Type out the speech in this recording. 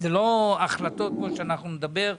אלה לא החלטות שנקבל כאן.